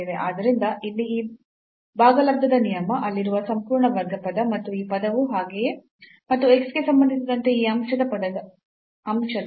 ಆದ್ದರಿಂದ ಇಲ್ಲಿ ಈ ಭಾಗಲಬ್ಧದ ನಿಯಮ ಅಲ್ಲಿರುವ ಸಂಪೂರ್ಣ ವರ್ಗ ಪದ ಮತ್ತು ಈ ಪದವು ಹಾಗೆಯೇ ಮತ್ತು x ಗೆ ಸಂಬಂಧಿಸಿದಂತೆ ಈ ಅಂಶದ ಪದದ ಆಂಶಿಕ ನಿಷ್ಪನ್ನ 1 ಆಗಿದೆ